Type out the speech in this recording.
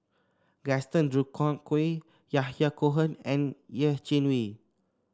Gaston Dutronquoy Yahya Cohen and Yeh Chi Wei